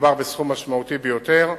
מדובר בסכום משמעותי ביותר,